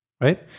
right